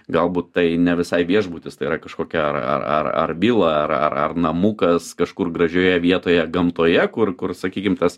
galbūt tai ne visai viešbutis tai yra kažkokia ar ar ar ar vila ar ar ar namukas kažkur gražioje vietoje gamtoje kur kur sakykim tas